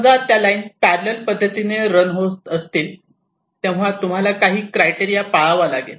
समजा त्या lines parallel पद्धतीने रन होत असतील तेव्हा तुम्हाला काही क्रायटेरिया पाळावा लागेल